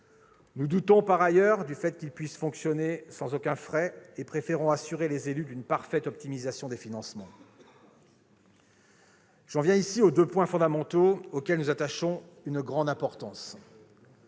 Nous doutons par ailleurs du fait qu'ils puissent fonctionner sans aucuns frais et préférons assurer les élus d'une parfaite optimisation des financements. J'en viens ici aux deux points fondamentaux auxquels nous attachons une grande importance.